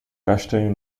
castanho